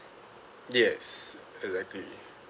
yes exactly